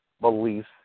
beliefs